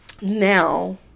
now